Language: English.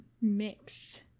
mix